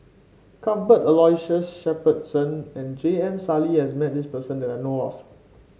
Cuthbert Aloysius Shepherdson and J M Sali has met this person that I know of